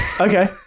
Okay